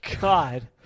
God